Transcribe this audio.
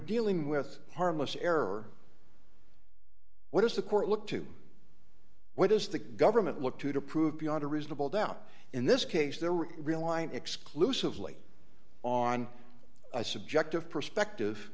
dealing with harmless error what does the court look to what does the government look to to prove beyond a reasonable doubt in this case they were relying exclusively on a subjective perspective